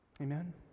Amen